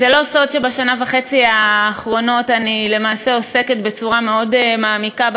זה לא סוד שבשנה וחצי האחרונות אני למעשה עוסקת בצורה מעמיקה מאוד